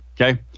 Okay